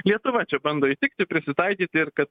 lietuva čia bando įtikti prisitaikyti ir kad